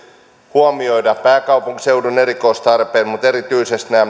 huomioida pääkaupunkiseudun erikoistarpeet mutta erityisesti nämä